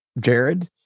Jared